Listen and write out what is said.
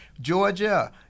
georgia